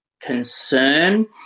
concern